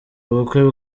bukwe